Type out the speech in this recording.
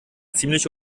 ziemliche